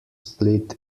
split